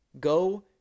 Go